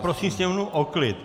Prosím sněmovnu o klid!